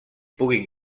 puguin